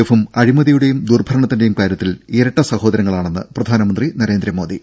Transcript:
എഫും അഴിമതിയുടെയും ദുർഭരണത്തിന്റെയും കാര്യത്തിൽ ഇരട്ട സഹോദരങ്ങളാണെന്ന് പ്രധാനമന്ത്രി നരേന്ദ്രമോദി